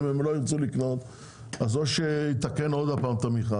אם הם לא ירצו לקנות אז או שיתקן עוד הפעם את המכרז,